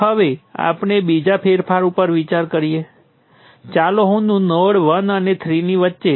તેથી જ્યારે હું નોડ 1 માટે મારું સમીકરણ લખું છું ત્યારે હું લખું છું I11વત્તા I12 બરાબર I1